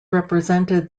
represented